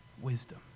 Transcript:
wisdom